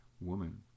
Woman